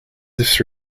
this